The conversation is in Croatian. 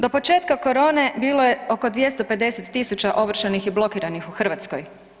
Do početka korone bilo je oko 250.000 ovršenih i blokiranih u Hrvatskoj.